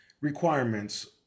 requirements